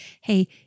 hey